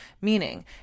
Meaning